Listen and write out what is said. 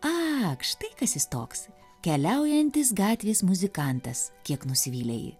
ak štai kas jis toks keliaujantis gatvės muzikantas kiek nusivylė ji